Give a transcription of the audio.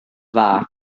dda